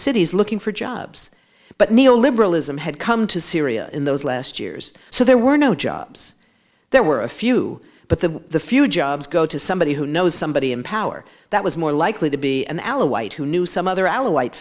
cities looking for jobs but neoliberalism had come to syria in those last years so there were no jobs there were a few but the few jobs go to somebody who knows somebody in power that was more likely to be an alawite who knew some other al